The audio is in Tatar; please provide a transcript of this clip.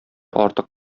артык